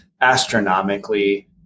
astronomically